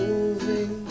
Moving